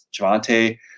Javante